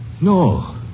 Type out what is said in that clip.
No